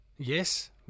Yes